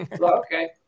Okay